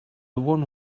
one